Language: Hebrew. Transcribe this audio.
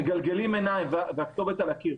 מגלגלים עיניים והכתובת על הקיר.